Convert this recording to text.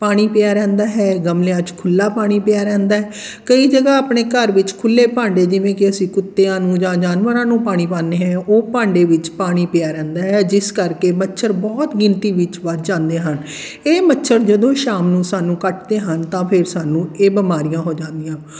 ਪਾਣੀ ਪਿਆ ਰਹਿੰਦਾ ਹੈ ਗਮਲਿਆਂ 'ਚ ਖੁੱਲ੍ਹਾ ਪਾਣੀ ਪਿਆ ਰਹਿੰਦਾ ਕਈ ਜਗ੍ਹਾ ਆਪਣੇ ਘਰ ਵਿੱਚ ਖੁੱਲ੍ਹੇ ਭਾਂਡੇ ਜਿਵੇਂ ਕਿ ਅਸੀਂ ਕੁੱਤਿਆਂ ਨੂੰ ਜਾਂ ਜਾਨਵਰਾਂ ਨੂੰ ਪਾਣੀ ਪਾਉਂਦੇ ਹੈ ਉਹ ਭਾਂਡੇ ਵਿੱਚ ਪਾਣੀ ਪਿਆ ਰਹਿੰਦਾ ਹੈ ਜਿਸ ਕਰਕੇ ਮੱਛਰ ਬਹੁਤ ਗਿਣਤੀ ਵਿੱਚ ਵੱਧ ਜਾਂਦੇ ਹਨ ਇਹ ਮੱਛਰ ਜਦੋਂ ਸ਼ਾਮ ਨੂੰ ਸਾਨੂੰ ਕੱਟਦੇ ਹਨ ਤਾਂ ਫਿਰ ਸਾਨੂੰ ਇਹ ਬਿਮਾਰੀਆਂ ਹੋ ਜਾਂਦੀਆਂ